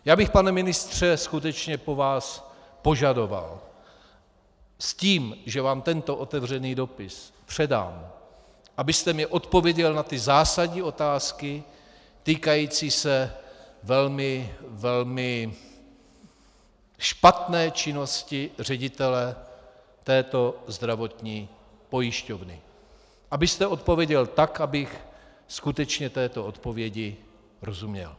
Já bych, pane ministře, skutečně po vás požadoval s tím, že vám tento otevřený dopis předám, abyste mi odpověděl na zásadní otázky týkající se velmi špatné činnosti ředitele této zdravotní pojišťovny, abyste odpověděl tak, abych skutečně této odpovědi rozuměl.